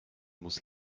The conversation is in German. muss